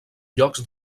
llocs